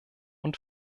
und